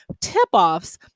tip-offs